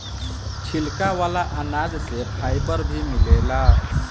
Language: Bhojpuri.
छिलका वाला अनाज से फाइबर भी मिलेला